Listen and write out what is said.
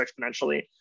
exponentially